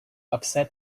upset